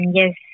yes